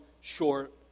short